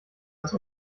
das